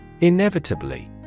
Inevitably